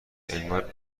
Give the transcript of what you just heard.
انگار